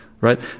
right